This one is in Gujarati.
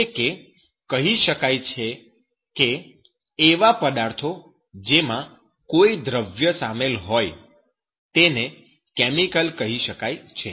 એટલે કે કહી શકાય કે એવો પદાર્થ જેમાં કોઈ દ્રવ્ય સામેલ હોય તેને કેમિકલ કહી શકાય છે